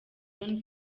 john